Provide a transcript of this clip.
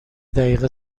دقیقه